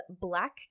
Black